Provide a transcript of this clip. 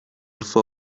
for